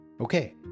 Okay